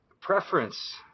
preference